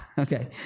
okay